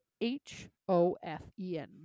H-O-F-E-N